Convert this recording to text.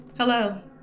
Hello